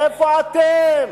איפה אתם?